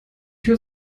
tür